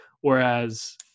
whereas